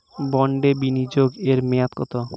বন্ডে বিনিয়োগ এর মেয়াদ কত?